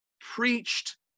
preached